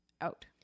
out